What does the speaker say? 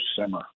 simmer